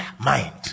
mind